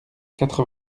quatre